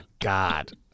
God